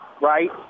right